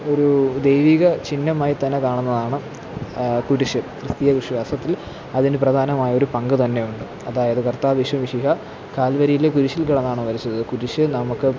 ഒരു ദൈവിക ചിന്ഹമായി തന്നെ കാണുന്നതാണ് കുരിശ് ക്രിസ്തീയ വിശ്വാസത്തില് അതിനു പ്രധാനമായൊരു പങ്കു തന്നെയുണ്ട് അതായത് കര്ത്താവ് ഈശോ മിശിഹ കാല്വരിയിലെ കുരിശില് കിടന്നാണ് മരിച്ചത് കുരിശ് നമുക്ക്